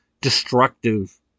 destructive